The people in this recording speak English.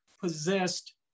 possessed